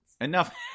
Enough